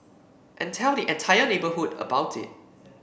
and tell the entire neighbourhood about it